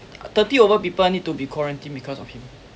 thirty over people need to be quarantined because of him